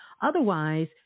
Otherwise